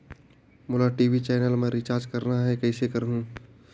मोला TV channel मा recharge करना हे, कइसे करहुँ?